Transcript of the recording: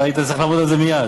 אתה היית צריך לעמוד על זה מייד.